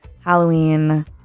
Halloween